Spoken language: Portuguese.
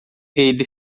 ele